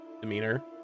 demeanor